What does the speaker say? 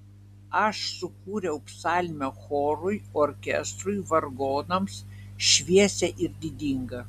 aš sukūriau psalmę chorui orkestrui vargonams šviesią ir didingą